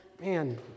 man